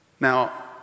Now